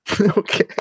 Okay